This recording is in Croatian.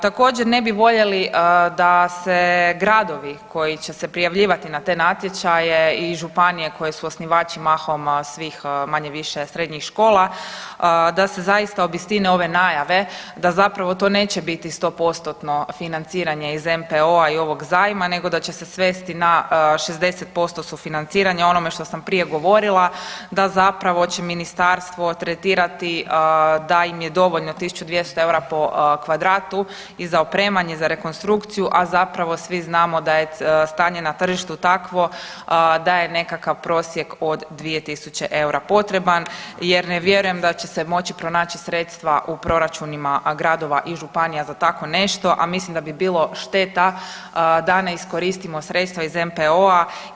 Također ne bi voljeli da se gradovi koji će se prijavljivati na te natječaje i županije koje su osnivači mahom svih manje-više srednjih škola da se zaista obistine ove najave da zapravo to neće biti 100%-tno financiranje iz NPOO-a i ovog zajma nego da će se svesti na 60% sufinanciranja o onome što sam prije govorila da zapravo će ministarstvo tretirati da im je dovoljno 1.200 eura po kvadratu i za opremanje i za rekonstrukciju, a zapravo svi znamo da je stanje na tržištu takvo da je nekakav prosjek od 2000 eura potreban jer ne vjerujem da će se moći pronaći sredstva u proračunima gradova i županija za tako nešto, a mislim da bi bilo šteta da ne iskoristimo sredstva iz NPOO-a.